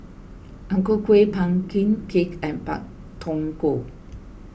Ang Ku Kueh Pumpkin Cake and Pak Thong Ko